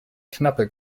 knappe